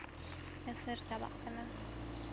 ᱮᱥᱮᱨ ᱪᱟᱵᱟᱜ ᱠᱟᱱᱟ